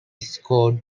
scored